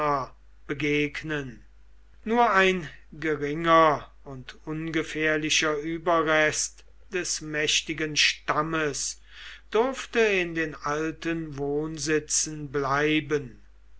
begegnen nur ein geringer und ungefährlicher überrest des mächtigen stammes durfte in den alten wohnsitzen bleiben